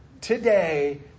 today